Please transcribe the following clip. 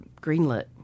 greenlit